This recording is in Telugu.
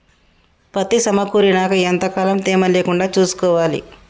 పత్తి సమకూరినాక ఎంత కాలం తేమ లేకుండా చూసుకోవాలి?